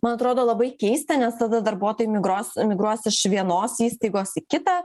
man atrodo labai keista nes tada darbuotojai migruos migruos iš vienos įstaigos į kitą